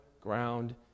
ground